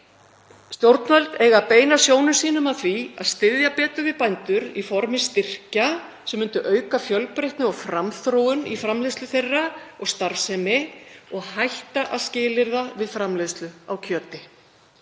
Stjórnvöld eiga að beina sjónum sínum að því að styðja betur við bændur í formi styrkja sem myndu auka fjölbreytni og framþróun í framleiðslu þeirra og starfsemi og hætta að skilyrða við framleiðslu á kjöti.